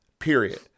period